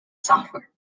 software